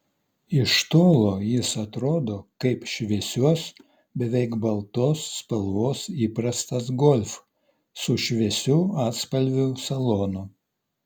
iš tolo jis atrodo kaip šviesios beveik baltos spalvos įprastas golf su šviesių atspalvių salonu